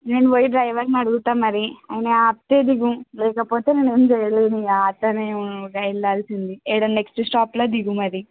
నేను పోయి డ్రైవర్ని అడుగుతాను మరి ఆయన ఆపితే దిగు లేకపోతే నేను ఏం చేయలేను అతనేేగా వెళ్ళాల్సింది లేదా నెక్స్ట్ స్టాప్లో దిగు మరి